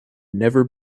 never